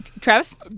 Travis